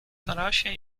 tarasie